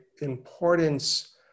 importance